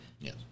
Yes